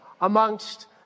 Amongst